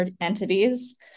entities